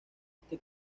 este